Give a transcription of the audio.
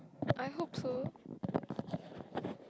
I hope so